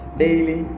daily